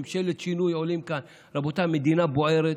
ממשלת שינוי, עולים כאן, רבותיי, המדינה בוערת.